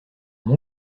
mon